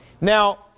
Now